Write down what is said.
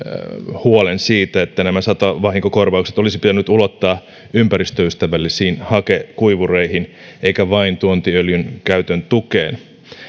huolen siitä että nämä satovahinkokorvaukset olisi pitänyt ulottaa ympäristöystävällisiin hakekuivureihin eikä vain tuontiöljyn käytön tukeen